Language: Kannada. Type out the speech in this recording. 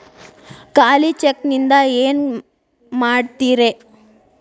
ಖಾಲಿ ಚೆಕ್ ನಿಂದ ಏನ ಮಾಡ್ತಿರೇ?